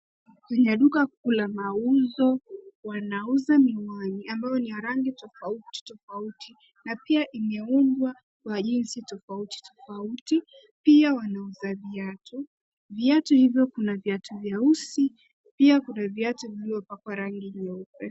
Kwenye duka kuu la mauzo, wanauza miwani ambayo ni ya rangi tofauti tofauti na pia imeundwa kwa jinsi tofauti tofauti. Pia wanauza viatu. Viatu hivyo kuna viatu vyeusi, pia kuna viatu vilivyopakwa rangi nyeupe.